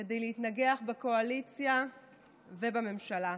כדי להתנגח בקואליציה ובממשלה.